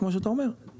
כמו שאתה אומר,